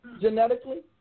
Genetically